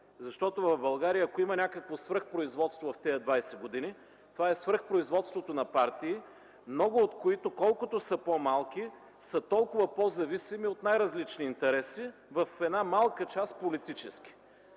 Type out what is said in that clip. В България, ако има някакво свръхпроизводство в тези 20 години, това е свръхпроизводството на партии, много от които, колкото са по-малки, са толкова по-зависими от най-различни интереси, в една малка част – политически,